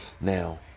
Now